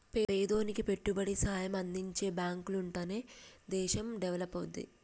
పేదోనికి పెట్టుబడి సాయం అందించే బాంకులుంటనే దేశం డెవలపవుద్ది